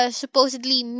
supposedly